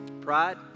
pride